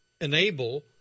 enable